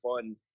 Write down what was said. fun